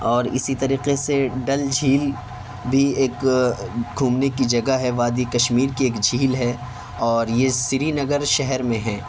اور اسی طریقے سے ڈل جھیل بھی ایک گھومنے کی جگہ ہے وادئ کشمیر کی ایک جھیل ہے اور یہ سری نگر شہر میں ہے